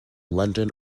london